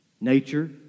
Nature